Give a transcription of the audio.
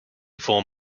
form